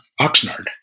Oxnard